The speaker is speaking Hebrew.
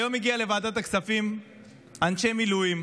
היום הגיעו לוועדת הכספים אנשי מילואים